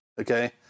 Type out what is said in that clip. okay